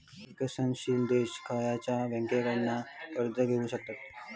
विकसनशील देश खयच्या बँकेंकडना कर्ज घेउ शकतत?